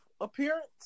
appearance